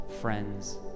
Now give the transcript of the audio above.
friends